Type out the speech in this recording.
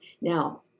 Now